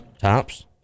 Tops